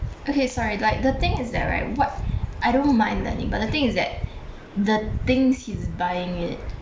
okay sorry like the thing is that right what I don't mind lending but the thing is that the things he's buying it